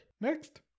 Next